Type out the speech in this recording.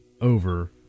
over